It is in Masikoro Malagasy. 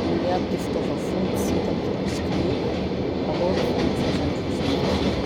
Ino iaby ty fitaova fototsy hita amy bisikileta? Ahoa ro fomba fiasandrozy miaraky?